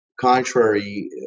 contrary